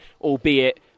albeit